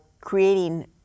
creating